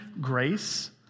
grace